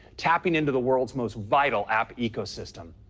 tapping into the world's most vital app ecosystem.